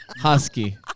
Husky